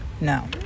No